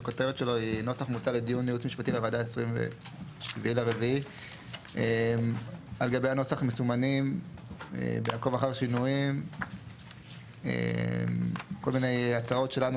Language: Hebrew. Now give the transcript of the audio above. שהכותרת שלו הוא "נוסח מוצע לדיון ייעוץ משפטי לוועדה 27.4". על גבי הנוסח מסומנים בעקוב אחר שינויים כל מיני הצעות שלנו